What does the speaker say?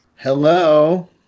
Hello